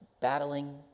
battling